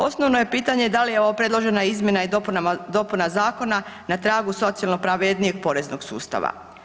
Osnovno je pitanje da li je ova predložena izmjena i dopuna zakona na tragu socijalno pravednijeg poreznog sustava.